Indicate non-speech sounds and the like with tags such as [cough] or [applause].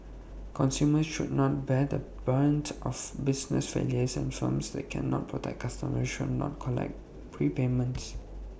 consumers should not bear the brunt of business failures and firms that cannot protect customers should not collect prepayments [noise]